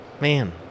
man